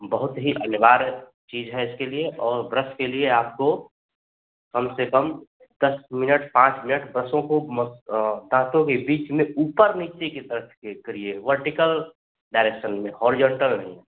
बहुत ही अनिवार्य चीज है इसके लिए और ब्रस के लिए आपको कम से कम दस मिनट पाँच मिनट ब्रसों को दांतों के बीच मे ऊपर नीचे के तरफ के करिए वर्टिकल डाएरेक्सन में होरिजेंटल नहीं